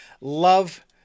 love